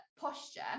posture